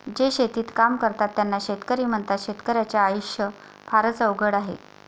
जे शेतीचे काम करतात त्यांना शेतकरी म्हणतात, शेतकर्याच्या आयुष्य फारच अवघड आहे